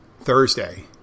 Thursday